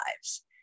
lives